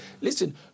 Listen